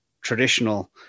traditional